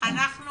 אני